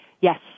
Yes